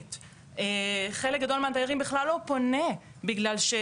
חבר הכנסת ביטון, בבקשה.